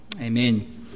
Amen